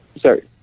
sorry